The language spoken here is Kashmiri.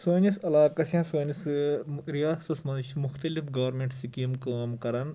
سٲنِس علاقس یا سٲنِس رِیاستَس منٛز چھِ مُختلِف گورنمیٚنٛٹ سِکیٖم کٲم کَران